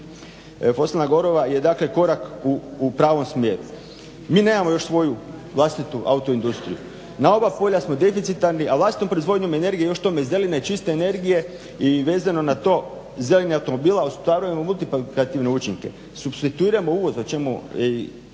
fosilna goriva je dakle korak u pravom smjeru. Mi nemamo još svoju vlastitu autoindustriju. Na oba polja smo deficitarni, a vlastitom proizvodnjom energije, još k tome zelene, čiste energije i vezano na to zelenih automobila ostvarujemo multi… učinke, supstituiramo uvoz o čemu